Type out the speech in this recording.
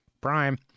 prime